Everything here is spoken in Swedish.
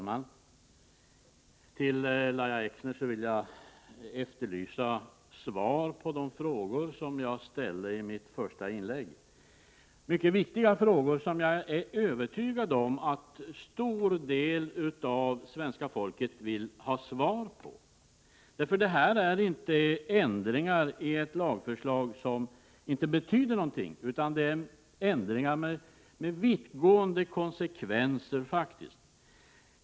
Herr talman! Av Lahja Exner vill jag efterlysa svar på de frågor som jag ställde i mitt första inlägg. De var mycket viktiga frågor som jag är övertygad om att en stor del av svenska folket vill ha svar på. Det gäller nämligen inte ändringar i ett lagförslag som inte betyder någonting utan ändringar med vittgående konsekvenser.